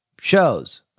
shows